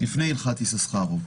עוד לפני הלכת יששכרוב.